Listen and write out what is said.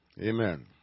Amen